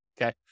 okay